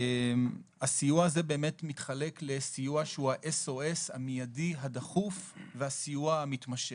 הסיוע הזה מתחלק לסיוע שהוא אס.או.אס מיידי דחוף וסיוע מתמשך.